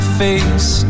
face